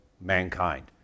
mankind